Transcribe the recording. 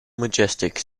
majestic